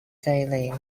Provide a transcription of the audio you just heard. daily